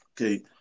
Okay